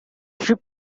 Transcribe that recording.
ship